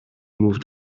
moved